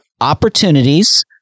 opportunities